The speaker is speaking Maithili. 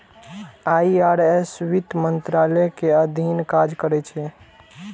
आई.आर.एस वित्त मंत्रालय के अधीन काज करै छै